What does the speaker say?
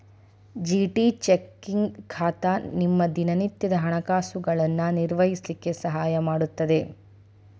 GT checking ಖಾತಾ ನಿಮ್ಮ ದಿನನಿತ್ಯದ ಹಣಕಾಸುಗಳನ್ನು ನಿರ್ವಹಿಸ್ಲಿಕ್ಕೆ ಸಹಾಯ ಮಾಡುತ್ತದೆ